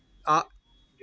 اَ